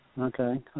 Okay